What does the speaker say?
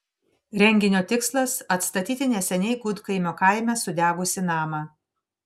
renginio tikslas atstatyti neseniai gudkaimio kaime sudegusį namą